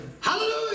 Hallelujah